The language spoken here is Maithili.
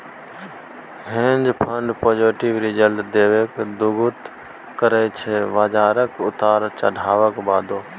हेंज फंड पॉजिटिव रिजल्ट देबाक जुगुत करय छै बजारक उतार चढ़ाबक बादो